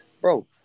bro